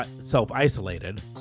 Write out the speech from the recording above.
self-isolated